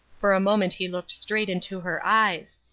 for a moment he looked straight into her eyes.